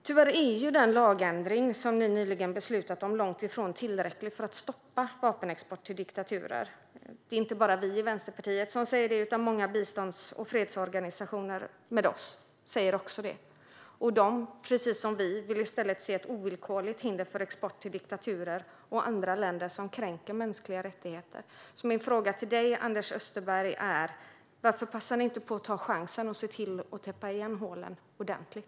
Tyvärr är den lagändring som ni nyligen beslutat om långt ifrån tillräcklig för att stoppa vapenexport till diktaturer. Det är inte bara vi i Vänsterpartiet som säger det utan också många bistånds och fredsorganisationer. De vill i stället, precis som vi, se ett ovillkorligt hinder för export till diktaturer och andra länder som kränker mänskliga rättigheter. Min fråga till dig, Anders Österberg, är: Varför passar ni inte på att ta chansen att täppa igen hålen ordentligt?